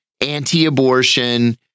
anti-abortion